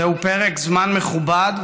זהו פרק זמן מכובד,